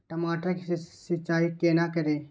टमाटर की सीचाई केना करी?